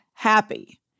happy